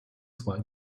zwei